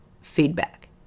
feedback